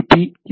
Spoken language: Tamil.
B S